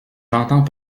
j’entends